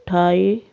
ਅਠਾਈ